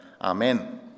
Amen